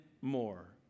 more